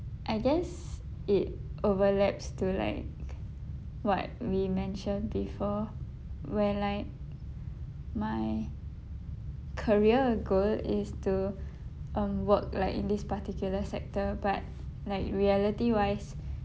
I guess it overlaps to like what we mentioned before where like my career goal is to um work like in this particular sector but like reality wise